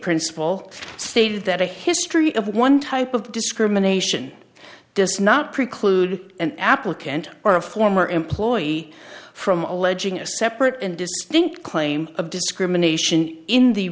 principle stated that a history of one type of discrimination does not preclude an applicant or a former employee from alleging a separate and distinct claim of discrimination in the